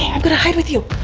and gonna hide with you.